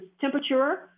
temperature